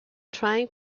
trying